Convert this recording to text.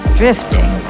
drifting